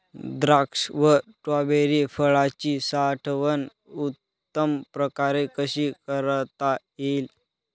द्राक्ष व स्ट्रॉबेरी फळाची साठवण उत्तम प्रकारे कशी करता येईल?